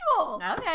Okay